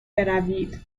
بروید